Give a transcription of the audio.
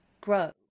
grow